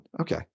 okay